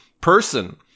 person